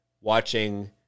watching